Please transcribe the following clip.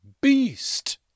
beast